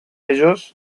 ellos